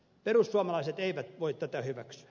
perussuomalaiset eivät voi tätä hyväksyä